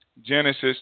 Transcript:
Genesis